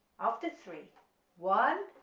after three one,